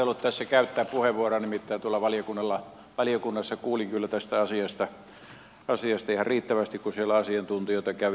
en ajatellut tässä käyttää puheenvuoroa nimittäin tuolla valiokunnassa kuulin kyllä tästä asiasta ihan riittävästi kun siellä asiantuntijoita kävi